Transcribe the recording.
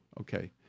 Okay